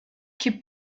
que